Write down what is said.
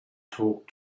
talk